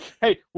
hey